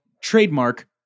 trademark